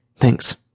thanks